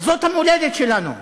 זאת המולדת שלנו.